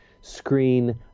screen